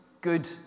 good